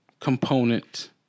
component